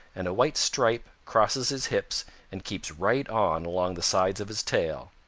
and white stripe crosses his hips and keeps right on along the sides of his tail.